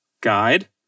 guide